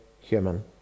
human